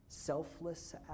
Selfless